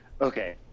Okay